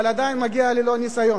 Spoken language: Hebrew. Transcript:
אבל עדיין מגיע ללא ניסיון.